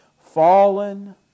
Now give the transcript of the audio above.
fallen